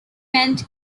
meant